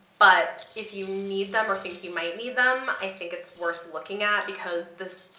but if you need them or think you might need them i think it's worth looking at because this,